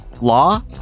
law